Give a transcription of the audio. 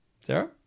Sarah